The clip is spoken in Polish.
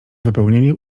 wypełnienie